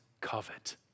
covet